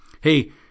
Hey